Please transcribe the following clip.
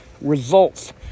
results